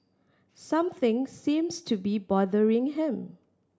something seems to be bothering him